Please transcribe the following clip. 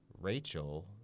Rachel